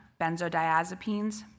benzodiazepines